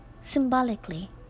symbolically